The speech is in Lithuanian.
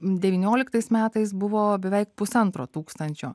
devynioliktais metais buvo beveik pusantro tūkstančio